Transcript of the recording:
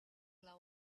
love